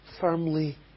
firmly